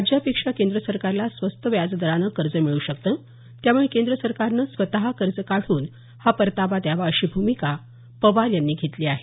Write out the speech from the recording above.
राज्यापेक्षा केंद्र सरकारला स्वस्त व्याजदरानं कर्ज मिळू शकतं त्यामुळे केंद्र सरकारनं स्वतः कर्ज काढून हा परतावा द्यावा अशी भूमिका पवार यांनी घेतली आहे